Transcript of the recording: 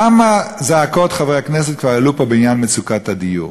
כמה זעקות חברי הכנסת כבר העלו פה בעניין מצוקת הדיור,